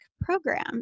program